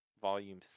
Volume